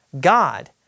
God